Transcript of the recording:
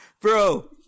bro